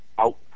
out